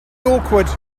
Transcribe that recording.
awkward